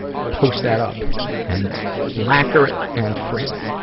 post that up and lacquer it and frame it.